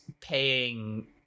paying